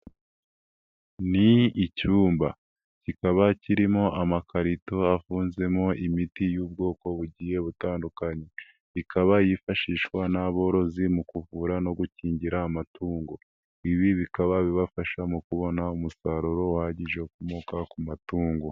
Ni icyumba kikaba kirimo amakarito afunzemo imiti y'ubwoko bugiye butandukanye. Ikaba yifashishwa n'aborozi mu kuvura no gukingira amatungo. Ibi bikaba bibafasha mu kubona umusaruro uhagije ukomoka ku matungo.